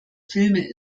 filme